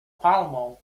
palmą